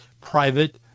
private